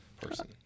person